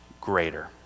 greater